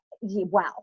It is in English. Wow